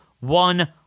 one